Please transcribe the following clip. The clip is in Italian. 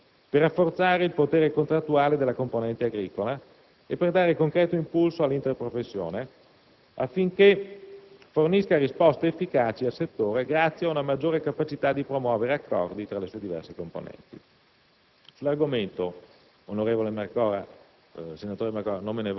Inoltre, l'applicazione della riforma a livello nazionale deve costituire l'occasione per rafforzare il potere contrattuale della componente agricola e per dare concreto impulso all'interprofessione, affinché fornisca risposte efficaci al settore grazie ad una maggiore capacità di promuovere accordi tra le sue diverse componenti.